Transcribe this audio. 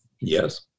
Yes